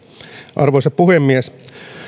arvoisa puhemies